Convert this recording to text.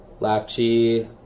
Lapchi